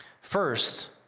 First